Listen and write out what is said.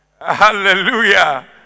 Hallelujah